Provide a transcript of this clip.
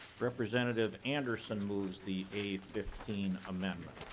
representative anderson moves the a fifteen amendment.